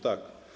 Tak.